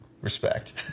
Respect